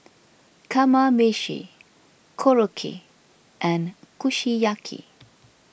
Kamameshi Korokke and Kushiyaki